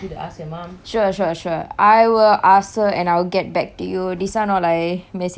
sure sure sure I will ask her and I'll get back to you this one all I message you okay